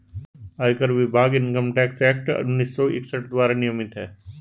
आयकर विभाग income tax act उन्नीस सौ इकसठ द्वारा नियमित है